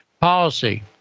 policy